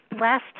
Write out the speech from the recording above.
last